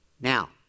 Now